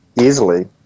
easily